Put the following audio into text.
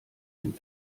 dem